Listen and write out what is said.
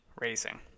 racing